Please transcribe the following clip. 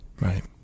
Right